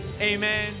Amen